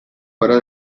fuera